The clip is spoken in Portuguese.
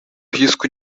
risco